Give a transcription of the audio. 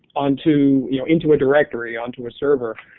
on to. you know in to a directory on to a server.